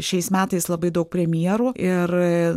šiais metais labai daug premjerų ir